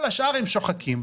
כל השאר הם שוחקים.